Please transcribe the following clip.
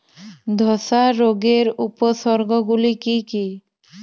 ধসা রোগের উপসর্গগুলি কি কি?